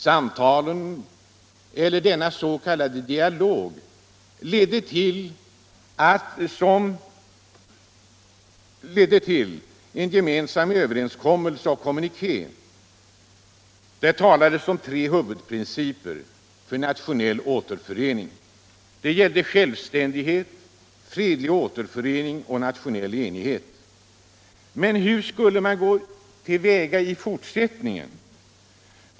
Samtalen eller den s.k. dialogen ledde till en gemensam kommuniké om tre huvudprinciper för nationell återförening: självständighet, fredlig återförening och nationell enighet. Men hur skulle man gå till väga i fortsättningen?